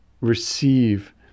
receive